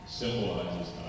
symbolizes